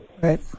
Right